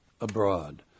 abroad